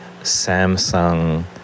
Samsung